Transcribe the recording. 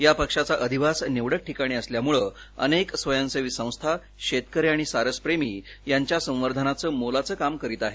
या पक्षाचा अधिवास निवडक ठिकाणी असल्यामुळे अनेक स्वयंसेवी संस्था शेतकरी आणि सारस प्रेमी त्यांचा संवर्धनाचे मोलाचे काम करीत आहेत